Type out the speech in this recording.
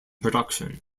production